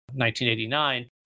1989